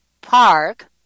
park